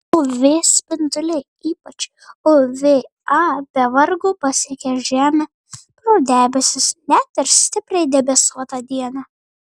uv spinduliai ypač uv a be vargo pasiekia žemę pro debesis net ir stipriai debesuotą dieną